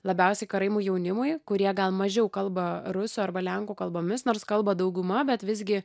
labiausiai karaimų jaunimui kurie gal mažiau kalba rusų arba lenkų kalbomis nors kalba dauguma bet visgi